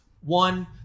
one